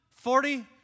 Forty